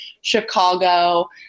Chicago